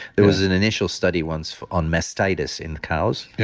there was an initial study once on mastitis in cows, yeah